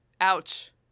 Ouch